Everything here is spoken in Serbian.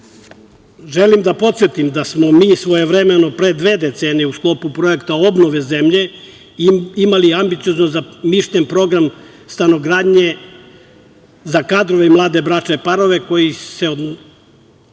mi svojevremeno da smo mi svojevremeno pre dve decenije u sklopu projekta obnove zemlje imali ambiciozno zamišljen program stanogradnje za kadrove mlade bračne parove, koji se odnosio